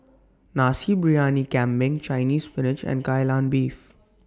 Nasi Briyani Kambing Chinese Spinach and Kai Lan Beef